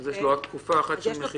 אז יש לו רק תקופה אחת של מחיקה.